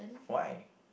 why